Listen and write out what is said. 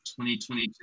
2022